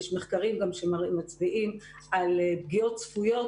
יש מחקרים שמצביעים על פגיעות צפויות